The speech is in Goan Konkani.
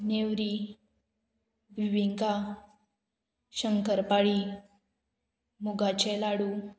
नेवरी बिंबिंका शंकरपाळी मुगाचे लाडू